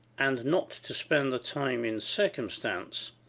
and not to spend the time in circumstance,